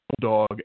dog